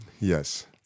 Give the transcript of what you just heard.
Yes